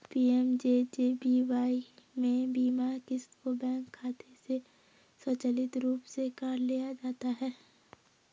PMJJBY में बीमा क़िस्त को बैंक खाते से स्वचालित रूप से काट लिया जाता है